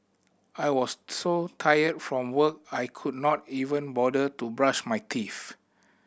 I was so tired from work I could not even bother to brush my teeth